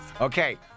Okay